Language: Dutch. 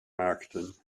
maakten